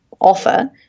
offer